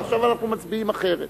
ועכשיו אנחנו מצביעים אחרת.